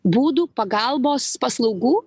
būdų pagalbos paslaugų